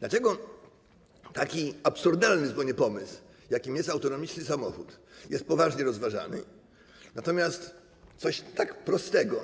Dlaczego taki absurdalny zupełnie pomysł, jakim jest autonomiczny samochód, jest poważnie rozważany, natomiast coś tak prostego,